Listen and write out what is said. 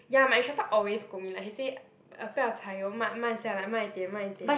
ya my instructor always scold me like he say 不要踩油慢慢下来慢一点慢一点